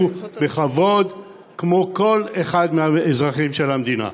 בכבוד כמו כל אחד מהאזרחים של המדינה.